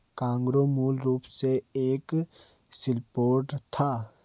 cargo मूल रूप से एक शिपलोड था